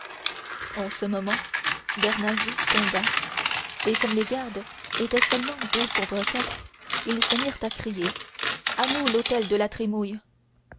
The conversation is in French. en ce moment bernajoux tomba et comme les gardes étaient seulement deux contre quatre ils se mirent à crier à nous l'hôtel de la trémouille